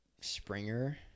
Springer